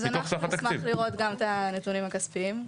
אז אנחנו נשמח לראות גם את הנתונים הכספיים,